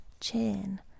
chain